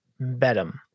Bedham